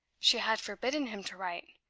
she had forbidden him to write,